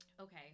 okay